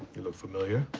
you look familiar.